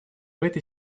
этой